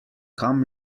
kam